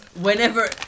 Whenever